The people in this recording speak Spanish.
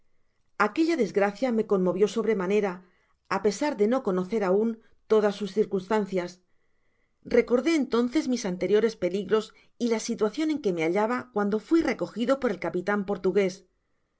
aquella desgracia me conmovió sobremanera á pesar de no conocer aun todas sus circunstancias recordé entonces mis anteriores peligros y la situacion en que me hallaba cuando fui recogido por el capitan portugués